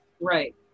Right